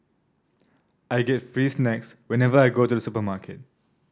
I get free snacks whenever I go to the supermarket